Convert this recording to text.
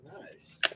Nice